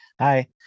hi